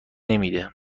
نمیده